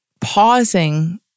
pausing